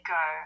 go